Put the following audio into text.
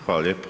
Hvala lijepo.